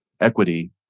Equity